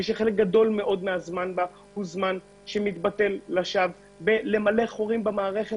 ושחלק גדול ממשכה הוא זמן שמתבזבז לשווא בלמלא חורים במערכת